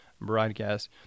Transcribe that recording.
Broadcast